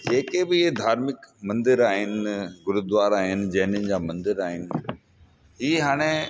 जेके बि इहे धार्मिक मंदिर आहिनि गुरुद्वारा आहिनि जैनयुनि जा मंदिर आहिनि इहे हाणे